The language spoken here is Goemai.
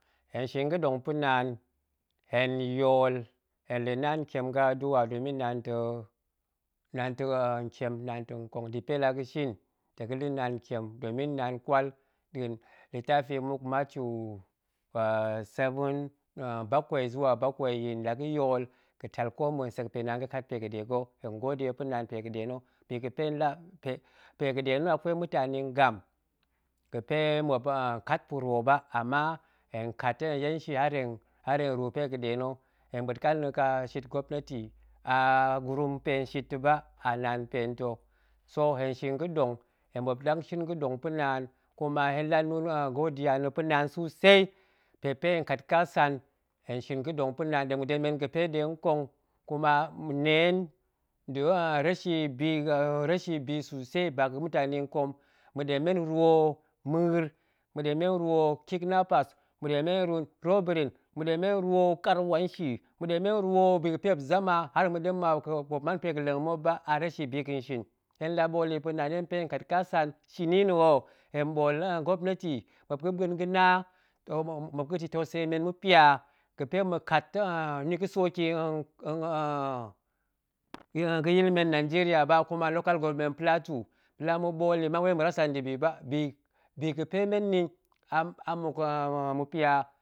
Hen shin ga̱ɗong pa̱ naan, hen yool hen la̱ naan ntiem ga̱ adu'a domin naan ta̱ naan ta̱ ntiem naan ta̱ nkong, dip bi ga̱pe la ga̱shin ta̱ ga̱la̱ naan ntien domin naan kwal nda̱a̱n litafi muk matiyu seven, ɓakwai zuwa bakwai yin la ga̱yool ga̱tal komma, sekpue naan ga̱kat pe ga̱ɗe na̱ pe ga̱de na akwai mutani ngam ga̱pe muop kat pa̱ru ba ama, hen kat yence har hen ru pe ga̱ɗe na̱ hen ɓuet-an na̱ ka shit gwopneti a gurum pa̱ hen ta̱ ba a naan pa̱ hen ta̱, so hen shin ga̱ɗong, hen ɓop ɗang shin ga̱ ɗong pa̱ naan kuma hen lanin godiya na̱ pa̱ naan susei, npe pe hen kat kasan, hen shim ga̱ɗong pa̱ naan, ɗemga̱ de men ga̱pe nɗe nkong, kuma neen nda̱ reshi bi susei ba ga̱ mutan nƙong, ma̱ɗem men ruwo ma̱a̱r ma̱ɗem men ruwo kedneppers ma̱ɗem men ruwo robbring ma̱ɗem men ruwo kaiwance ma̱ɗem men ruwo bi ga̱pe muop zama har ma̱ɗem ma muop man pe ga̱leng ba, a reshi biga̱ nshin, hen ɗen la bool yi pa̱naan wanpe hen kat kasan shini nna ho hen ɓool gwopneti, muop ga̱ ɓuen ga̱na, muop ga̱j touseyi men ma̱pya ga̱pe ma̱kat ni ga̱ soki ga̱yil men wanjeriya ba, kuma local government plateau ma̱ɗe la ma̱ɓool yi man ma̱rasa nda̱bi ba, bi bi ga̱pe men nni a mmuk ma̱pya